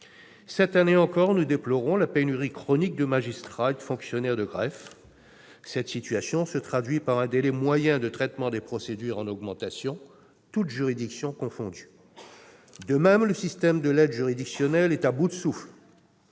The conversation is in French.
Cette année encore, nous déplorons la pénurie chronique de magistrats et de fonctionnaires de greffe. Cette situation se traduit par un délai moyen de traitement des procédures en augmentation, toutes juridictions confondues. De même, le système de l'aide juridictionnelle est à bout de souffle.